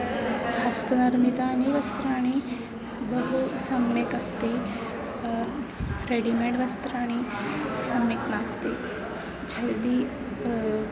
हस्तनिर्मितानि वस्त्राणि बहु सम्यक् अस्ति रेडिमेड् वस्त्राणि सम्यक् नास्ति झडी